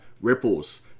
Ripples